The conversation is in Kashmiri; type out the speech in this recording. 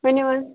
ؤنِو حظ